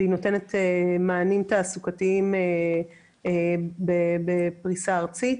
והיא נותנת מענים תעסוקתיים בפריסה ארצית.